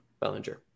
Bellinger